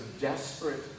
desperate